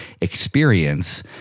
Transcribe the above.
experience